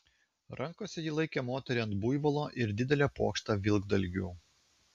rankose ji laikė moterį ant buivolo ir didelę puokštę vilkdalgių